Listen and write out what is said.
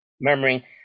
memory